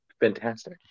fantastic